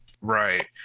Right